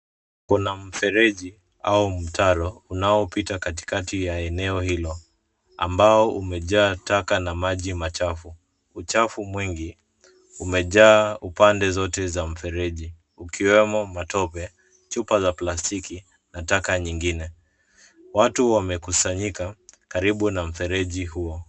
Kuna mfereji au mtaro, unaopita katikati ya eneo hilo ambao umejaa taka na maji machafu. Uchafu mwingi umejaa upande zote za mfereji ukiwemo matope, chupa za plastiki, na taka nyingine. Watu wamekusanyika karibu na mfereji huo.